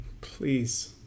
Please